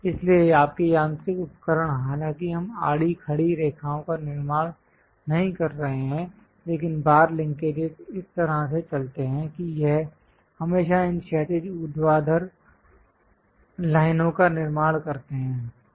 इसलिए आपके यांत्रिक उपकरण हालांकि हम आड़ी खड़ी रेखाओं का निर्माण नहीं कर रहे हैं लेकिन बार लिंकेज इस तरह से चलते हैं कि यह हमेशा इन क्षैतिज ऊर्ध्वाधर लाइनों का निर्माण करते हैं